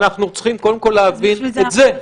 אנחנו צריכים קודם כול להבין את זה.